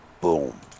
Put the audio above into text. Boom